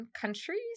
countries